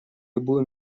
любую